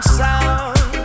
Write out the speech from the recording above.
sound